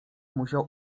musiał